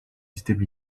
systèmes